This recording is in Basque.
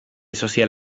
sozial